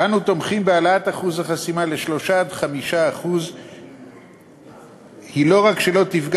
אנו תומכים בהעלאת אחוז החסימה ל-3% 5%. היא לא רק לא תפגע